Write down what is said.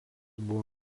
buvo